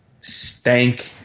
stank